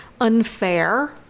unfair